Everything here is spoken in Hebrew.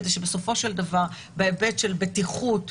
כדי שבסופו של דבר בהיבט של בטיחות,